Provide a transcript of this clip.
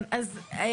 כן, משרד המשפטים.